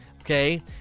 Okay